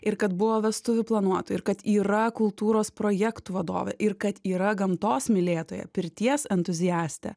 ir kad buvo vestuvių planuotoja ir kad yra kultūros projektų vadovė ir kad yra gamtos mylėtoja pirties entuziaste